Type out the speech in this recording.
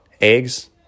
Eggs